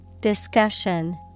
Discussion